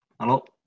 Hello